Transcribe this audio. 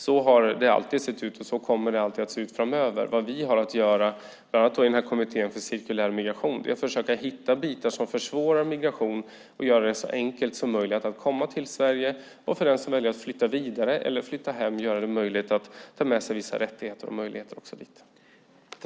Så har det alltid sett ut, och så kommer det att se ut framöver. Vad vi har att göra bland annat i Kommittén för cirkulär migration och utveckling är att försöka hitta bitar som försvårar för att göra det så enkelt som möjligt att komma till Sverige och göra det möjligt för den som vill flytta vidare eller flytta hem att också ta med sig vissa rättigheter och möjligheter dit.